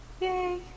Yay